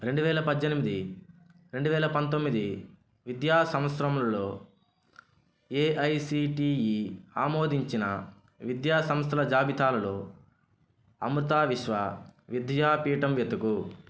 రెండువేల పద్దెనిమిది రెండువేల పంతొమ్మిది విద్యా సంవత్సరంలో ఏఐసిటిఈ ఆమోదించిన విద్యా సంస్థల జాబితాలో అమృతా విశ్వ విద్యాపీఠం వెతుకు